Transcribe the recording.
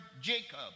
Jacob